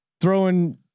throwing